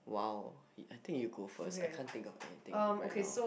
!wow! I think you go first I can't think of anything right now